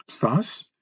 Thus